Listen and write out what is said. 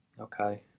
Okay